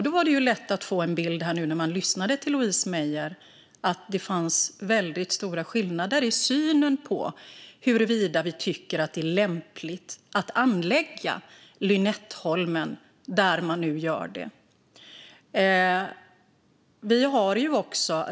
Det var lätt att få en bild när man lyssnade till Louise Meijer att det finns väldigt stora skillnader i synen på om det är lämpligt att anlägga Lynetteholmen där man nu gör det.